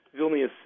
Vilnius